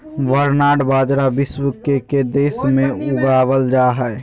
barnyard बाजरा विश्व के के देश में उगावल जा हइ